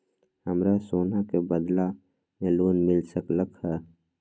हमरा सोना के बदला में लोन मिल सकलक ह?